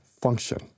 function